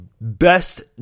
best